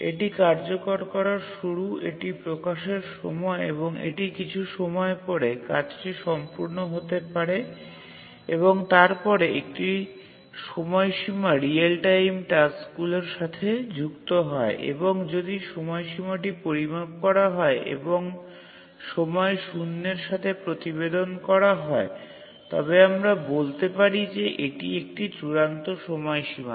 এটি কার্যকর করার শুরু এটি প্রকাশের সময় এবং এটি কিছু সময় পরে কাজটি সম্পূর্ণ হতে পারে এবং তারপরে একটি সময়সীমা রিয়েল টাইম টাস্কগুলির সাথে যুক্ত হয় এবং যদি সময়সীমাটি পরিমাপ করা হয় এবং সময় শূন্যের সাথে প্রতিবেদন করা হয় তবে আমরা বলতে পারি যে এটি একটি চূড়ান্ত সময়সীমা